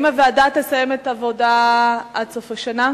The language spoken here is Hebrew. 1. האם תסיים הוועדה את העבודה עד סוף השנה?